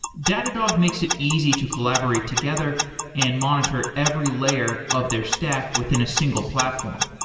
datadog makes it easy to collaborate together and monitor every layer of their stack within a single platform.